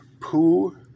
poo